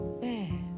man